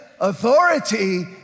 Authority